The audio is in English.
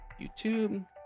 YouTube